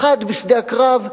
אחד בשדה הקרב,